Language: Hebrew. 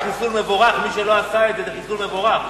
מבורך,